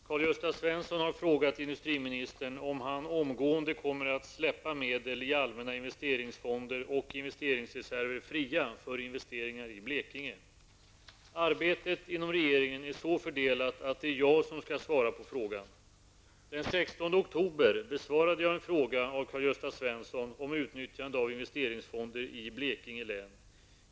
Fru talman! Karl-Gösta Svenson har frågat industriministern om han omgående kommer att släppa medel i allmänna investeringsfonder och investeringsreserver fria för investeringar i Arbetet inom regeringen är så fördelat att det är jag som skall svara på frågan. Den 16 oktober besvarade jag en fråga av Karl Gösta Svenson om utnyttjande av investeringsfonder i Blekinge län.